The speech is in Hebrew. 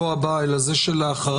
לא הבא אלא זה שלאחריו,